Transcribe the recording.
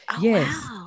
Yes